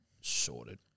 sorted